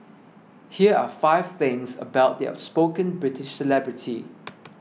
here are five things about the outspoken British celebrity